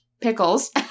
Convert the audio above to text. pickles